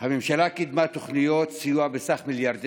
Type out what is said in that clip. הממשלה קידמה תוכניות סיוע בסך מיליארדי